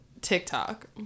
TikTok